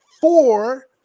four